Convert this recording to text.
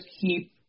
keep